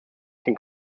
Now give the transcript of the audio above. can